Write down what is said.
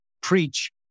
preach